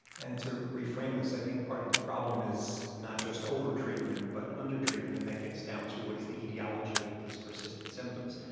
and to reframe this, i think part of the problem is not just over-treatment, but under-treatment and that gets down to what is the etiology of these persistent symptoms?